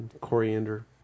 Coriander